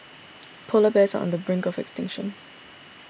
Polar Bears are on the brink of extinction